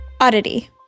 Oddity